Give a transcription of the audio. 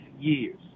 years